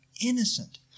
innocent